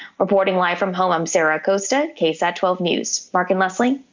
reporting live from home, i'm sarah acosta ksat twelve news mark and leslie.